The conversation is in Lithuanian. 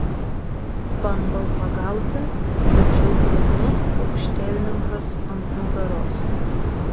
bandau pagauti tačiau griūnu aukštielninkas ant nugaros